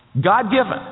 God-given